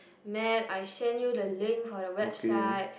map I send you the link for the website